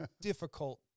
difficult